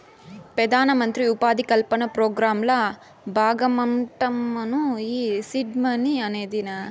పెదానమంత్రి ఉపాధి కల్పన పోగ్రాంల బాగమంటమ్మను ఈ సీడ్ మనీ అనేది